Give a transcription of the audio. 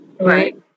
Right